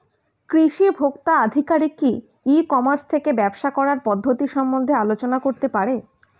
কৃষি ভোক্তা আধিকারিক কি ই কর্মাস থেকে ব্যবসা করার পদ্ধতি সম্বন্ধে আলোচনা করতে পারে?